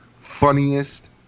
funniest